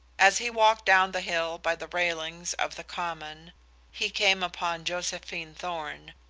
as he walked down the hill by the railings of the common he came upon josephine thorn,